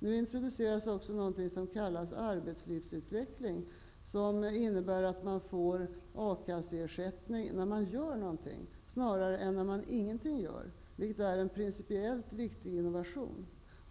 Nu introduceras också något som kallas arbetslivsutveckling, som innebär att man får A kasseersättning när man gör något snarare än när man ingenting gör -- vilket är en principiellt viktig innovation.